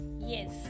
Yes